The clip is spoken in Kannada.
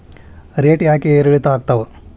ರೇಟ್ ಯಾಕೆ ಏರಿಳಿತ ಆಗ್ತಾವ?